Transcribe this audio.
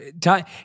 Time